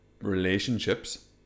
relationships